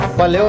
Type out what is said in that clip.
Valeu